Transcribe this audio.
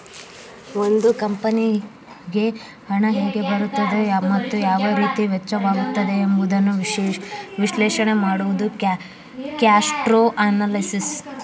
ಒಂದು ಕಂಪನಿಗೆ ಹಣ ಹೇಗೆ ಬರುತ್ತದೆ ಮತ್ತು ಯಾವ ರೀತಿ ವೆಚ್ಚವಾಗುತ್ತದೆ ಎಂಬುದನ್ನು ವಿಶ್ಲೇಷಣೆ ಮಾಡುವುದು ಕ್ಯಾಶ್ಪ್ರೋ ಅನಲಿಸಿಸ್